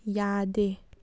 ꯌꯥꯗꯦ